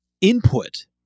input